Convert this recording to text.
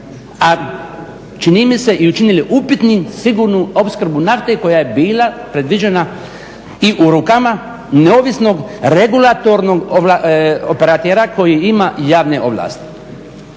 a čini mi se i učinili upitnim sigurnu opskrbu nafte koja je bila predviđena i u rukama neovisnog regulatornog operatera koji ima javne ovlasti.